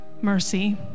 mercy